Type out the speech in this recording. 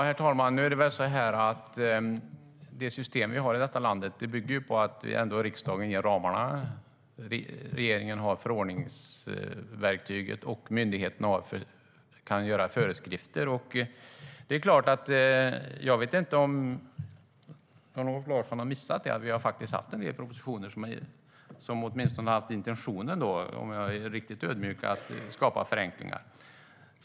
Herr talman! Det system som vi har i det här landet bygger på att riksdagen anger ramarna, att regeringen har förordningsverktyget och att myndigheterna kan utfärda föreskrifter. Jag vet inte om Jan-Olof Larsson har missat att det har lagts fram en del propositioner som åtminstone har haft intentionen - om jag ska vara riktigt ödmjuk - att skapa förenklingar.